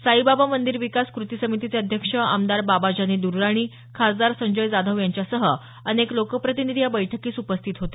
साईबाबा मंदिर विकास कृती समितीचे अध्यक्ष आमदार बाबाजानी द्र्राणी खासदार संजय जाधव यांच्यासह अनेक लोकप्रतिनिधी या बैठकीस उपस्थित होते